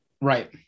Right